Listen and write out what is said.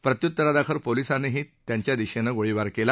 प्रत्युत्तरादाखल पोलिसांनीही नक्षल्यांच्या दिशेनं गोळीबार केला